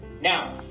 Now